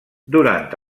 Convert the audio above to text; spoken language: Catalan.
durant